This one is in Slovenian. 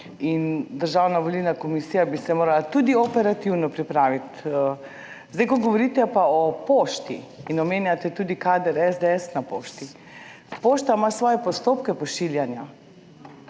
Državna volilna komisija bi se morala tudi operativno pripraviti. Zdaj, ko govorite pa o pošti in omenjate tudi kader SDS na pošti. Pošta ima svoje postopke pošiljanja,